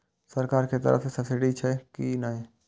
सरकार के तरफ से सब्सीडी छै कि नहिं?